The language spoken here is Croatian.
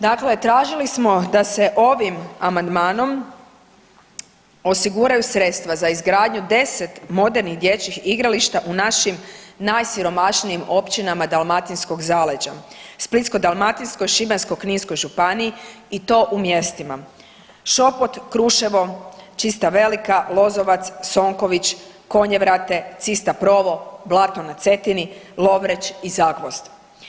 Dakle, tražili smo da se ovim amandmanom osiguraju sredstva za izgradnju 10 modernih dječjih igrališta u našim najsiromašnijim općinama Dalmatinskog zaleđa, Splitsko-dalmatinskoj, Šibensko-kninskoj županiji i to u mjestima Šopot, Kruševo, Čista Velika, Lozovac, Sonković, Konjevrate, Cista Provo, Blato na Cetini, Lovreč i Zagvozd.